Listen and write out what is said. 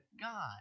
God